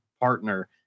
partner